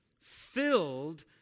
filled